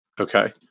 Okay